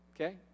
Okay